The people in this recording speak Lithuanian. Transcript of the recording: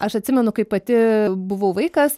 aš atsimenu kai pati buvau vaikas